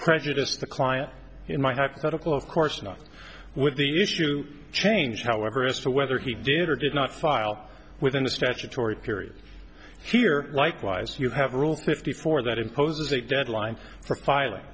prejudice the client in my hypothetical of course not with the issue change however as to whether he did or did not file within the statutory period here likewise you have rule fifty four that imposes a deadline for filing